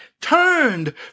turned